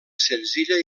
senzilla